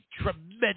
tremendous